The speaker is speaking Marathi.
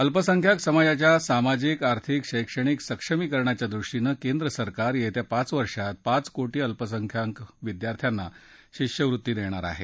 अल्पसंख्याक समाजाच्या सामाजिक आर्थिक शैक्षणिक सक्षमीकरणाच्या दृष्टीनं केंद्र सरकार येत्या पाच वर्षात पाच कोटी अल्पसंख्याक विद्यार्थ्याना शिष्यवृत्ती देणार आहे